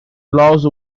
laws